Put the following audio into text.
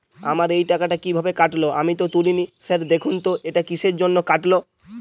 আমার এই টাকাটা কীভাবে কাটল আমি তো তুলিনি স্যার দেখুন তো এটা কিসের জন্য কাটল?